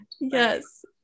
Yes